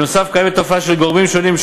נוסף על כך קיימת תופעה של גורמים שונים,